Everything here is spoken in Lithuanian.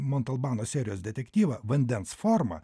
montelbano serijos detektyvą vandens forma